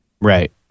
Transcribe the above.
Right